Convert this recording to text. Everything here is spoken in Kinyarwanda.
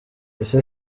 ese